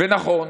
ונכון,